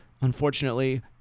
unfortunately